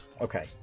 okay